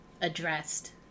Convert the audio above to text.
addressed